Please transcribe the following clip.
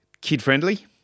kid-friendly